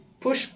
push